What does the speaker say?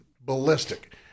ballistic